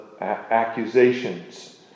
accusations